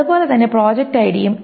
അതുപോലെ തന്നെ പ്രോജക്റ്റ് ഐഡിയും